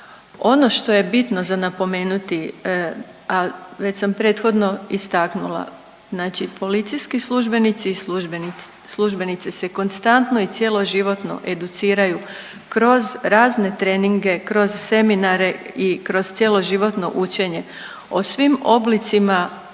Ono što je bitno za napomenuti, a već sam prethodno istaknula, znači policijski službenici i službenice se konstantno i cjeloživotno educiraju kroz razne treninge, kroz seminare i kroz cjeloživotno učenje o svim oblicima